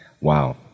Wow